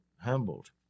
humbled